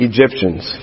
Egyptians